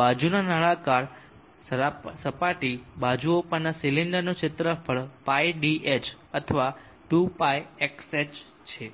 બાજુના નળાકાર સપાટી બાજુઓ પરના સિલિન્ડરનું ક્ષેત્રફળ πdh અથવા 2πrxh છે